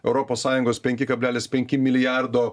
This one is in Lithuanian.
europos sąjungos penki kablelis penki milijardo